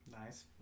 Nice